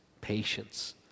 patience